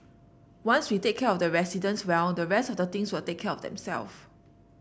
once we take care of the residents well the rest of the things will take care of themself